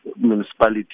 municipality